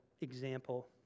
example